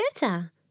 better